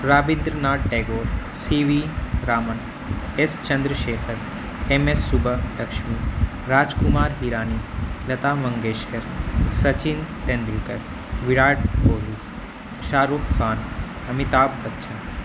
Rabindra Nath Tagore C V Raman S Chandrasekhar M S Subbulakshmi Raj Kumar Hirani Lata Mangeshkar Sachin Tendulkar Virat Kohli Shah Rukh Khan Amitabh Bachchan